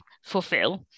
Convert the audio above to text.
fulfill